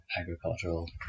agricultural